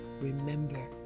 remember